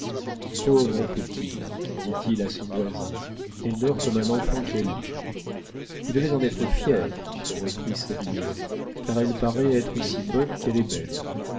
pauvre petite dit-il à son voisin elle dort comme un enfant qu'elle est vous devez en être fier reprit savinien car elle paraît être aussi bonne qu'elle est belle